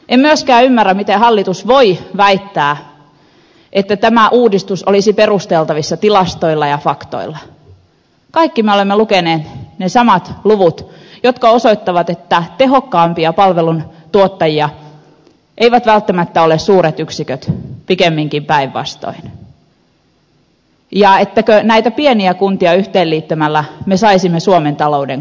en myöskään ymmärrä miten hallitus voi väittää että tämä uudistus olisi perusteltavissa tilastoilla ja faktoilla kaikki me olemme lukeneet ne samat luvut jotka osoittavat että tehokkaimpia palveluntuottajia eivät välttämättä ole suuret yksiköt pikemminkin päinvastoin ja että näitä pieniä kuntia yhteen liittämällä me saisimme suomen talouden kuntoon